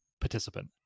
participant